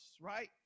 right